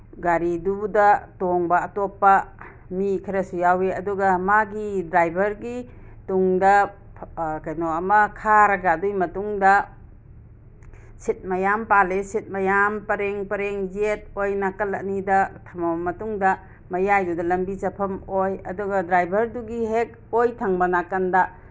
ꯒꯥꯔꯤꯗꯨꯗ ꯇꯣꯡꯕ ꯑꯇꯣꯞꯄ ꯃꯤ ꯈꯔꯁꯨ ꯌꯥꯎꯔꯤ ꯑꯗꯨꯒ ꯃꯥꯒꯤ ꯗ꯭ꯔꯥꯏꯚꯔꯒꯤ ꯇꯨꯡꯗ ꯀꯩꯅꯣ ꯑꯃ ꯈꯥꯔꯒ ꯑꯗꯨꯒꯤ ꯃꯇꯨꯡꯗ ꯁꯤꯠ ꯃꯌꯥꯝ ꯄꯥꯜꯂꯤ ꯁꯤꯠ ꯃꯌꯥꯝ ꯄꯔꯦꯡ ꯄꯔꯦꯡ ꯌꯦꯠ ꯑꯣꯏ ꯅꯥꯀꯟ ꯑꯅꯤꯗ ꯊꯝꯃꯕ ꯃꯇꯨꯡꯗ ꯃꯌꯥꯏꯗꯨꯗ ꯂꯝꯕꯤ ꯆꯠꯐꯝ ꯑꯣꯏ ꯑꯗꯨꯒ ꯗ꯭ꯔꯥꯏꯚꯔꯗꯨꯒꯤ ꯍꯦꯛ ꯑꯣꯏ ꯊꯪꯕ ꯅꯥꯀꯟꯗ